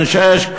בן שש,